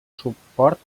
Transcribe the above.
suport